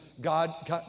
God